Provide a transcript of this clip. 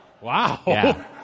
Wow